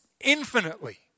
infinitely